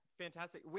Fantastic